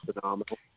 phenomenal